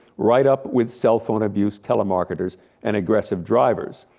right up with cell phone abuse, telemarketers and aggressive drivers.